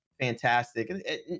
fantastic